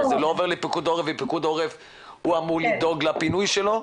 זה לא עובר לפיקוד העורף והם אמורים לדאוג לפינוי שלו?